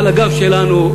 על הגב שלנו,